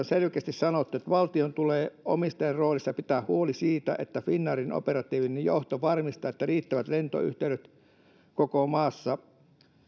selkeästi sanottu valtion tulee omistajan roolissa pitää huoli siitä että finnairin operatiivinen johto varmistaa riittävät lentoyhteydet koko maassa